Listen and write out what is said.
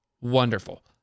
wonderful